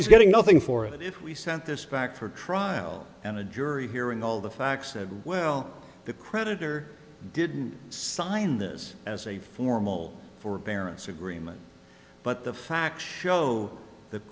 is getting nothing for it if we sent this back for trial and a jury hearing all the facts said well the creditor didn't sign this as a formal forbearance agreement but the facts show th